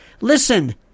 Listen